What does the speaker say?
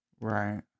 right